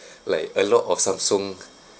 like a lot of Samsung